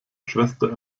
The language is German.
schwester